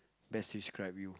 best describe you